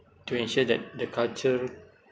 to ensure that the culture